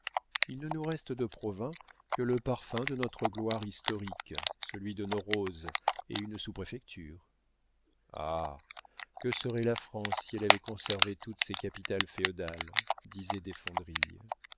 il ne nous reste de provins que le parfum de notre gloire historique celui de nos roses et une sous-préfecture ah que serait la france si elle avait conservé toutes ses capitales féodales disait